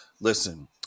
Listen